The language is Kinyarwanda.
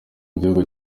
igihugu